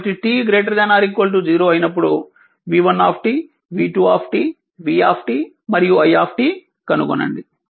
కాబట్టి t ≥ 0 అయినప్పుడు v1 v2 v మరియు i కనుగొనండి